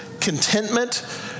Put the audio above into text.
contentment